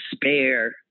despair